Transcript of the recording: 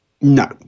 No